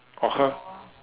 or her